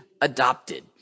adopted